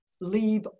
Leave